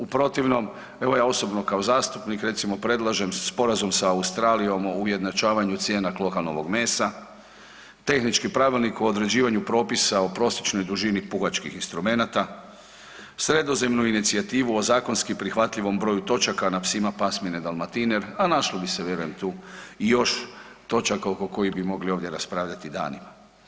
U protivnom evo ja osobno kao zastupnik recimo predlažem sporazum sa Australijom o ujednačavanju cijena klokanovog mesa, tehnički pravilnik o određivanju propisa o prosječnoj dužini puhačkih instrumenata, sredozemnu inicijativu o zakonski prihvatljivom broju točaka na psima pasmine Dalmatiner, a našlo bi se vjerujem tu i još točaka oko kojih bi mogli ovdje raspravljati danima.